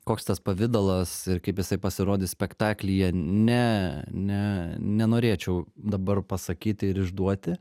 koks tas pavidalas ir kaip jisai pasirodys spektaklyje ne ne nenorėčiau dabar pasakyti ir išduoti